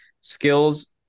skills